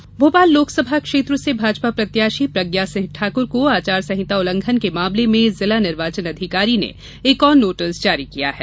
प्रज्ञा notice Bhopal Lok Sabha क्षेत्र से भाजपा प्रत्याशी प्रज्ञा सिंह ठाकुर को आचार संहिता उल्लंघन के मामले में जिला निर्वाचन अधिकारी ने एक और नोटिस जारी किया है